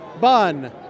Bun